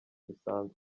bisanzwe